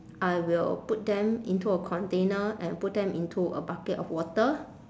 I will put them into a container and put them into a bucket of water